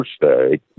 Thursday